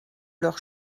leur